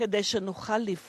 לשתף